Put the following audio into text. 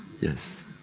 Yes